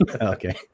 Okay